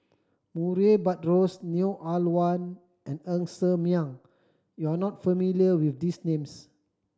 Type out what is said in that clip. Murray Buttrose Neo Ah Luan and Ng Ser Miang you are not familiar with these names